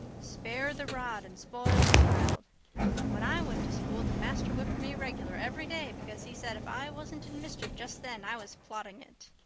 spare the rod and spoil the child when i went to school the master whipped me regular every day because he said if i wasn't in mischief just then i was plotting it.